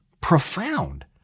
profound